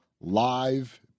Live